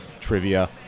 trivia